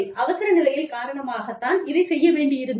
அவசர நிலையில் காரணமாக நான் இதை செய்ய வேண்டியிருந்தது